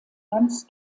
ganz